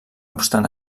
obstant